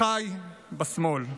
אחיי בשמאל,